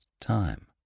time